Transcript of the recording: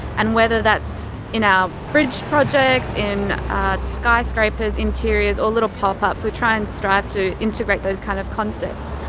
and whether that's in our bridge projects, in skyscrapers, interiors or little pop-ups, we try and strive to integrate those kind of concepts.